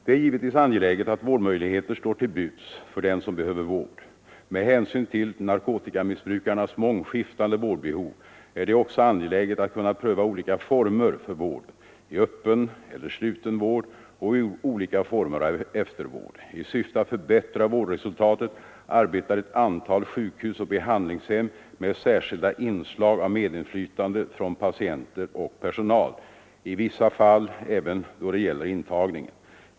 Det är givetvis angeläget att vårdmöjligheter står till buds för den som behöver vård. Med hänsyn till narkotikamissbrukarnas mångskiftande vårdbehov är det också angeläget att kunna pröva olika former för vården — i öppen eller sluten vård och i olika former av eftervård. I syfte att förbättra vårdresultatet arbetar ett antal sjukhus och behandlingshem med särskilda inslag av medinflytande från patienter och personal, i vissa fall även då det gäller intagningen.